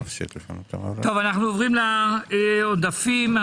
אנחנו עוברים לעודפים.